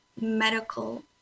medical